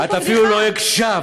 את אפילו לא הקשבת,